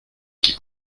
qui